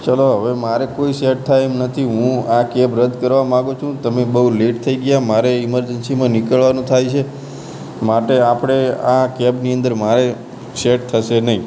ચાલો હવે મારે કોઈ સેટ થાય એમ નથી હું આ કેબ રદ્દ કરવા માગુ છું તમે બહુ લેટ થઇ ગયા મારે ઇમરજન્સીમાં નીકળવાનું થાય છે માટે આપણે આ કૅબની અંદર મારે સેટ થશે નહીં